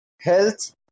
Health